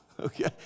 Okay